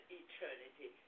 eternity